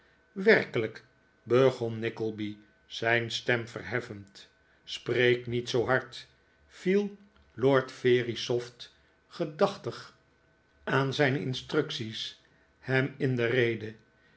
werkelijk begon nickleby zijn stem verheffend spreek niet zoo hard viel lord verisopht gedachtig aan zijn instructies hem in de rede